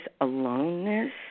aloneness